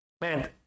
Man